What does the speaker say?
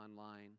online